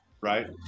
right